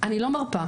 אני לא מרפה,